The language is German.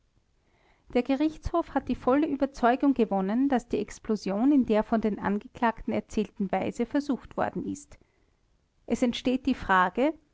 der gerichtshof hat die volle überzeugung gewonnen daß die explosion in der von den angeklagten erzählten weise versucht worden ist es entsteht die frage